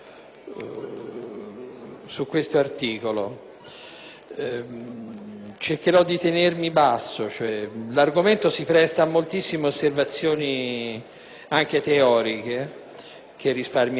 su questo articolo aggiuntivo. Cercherò di tenermi basso: l'argomento si presta a moltissime osservazioni anche teoriche che risparmierò.